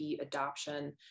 adoption